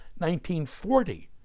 1940